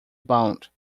bound